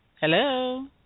Hello